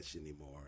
anymore